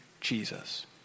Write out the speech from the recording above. Jesus